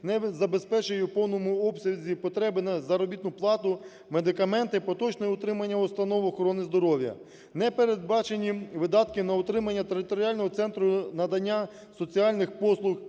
не забезпечує в повному обсязі потреби на заробітну плату, медикаменти, поточне утримання установ охорони здоров'я. Не передбачені видатки на утримання територіального центру надання соціальних послуг,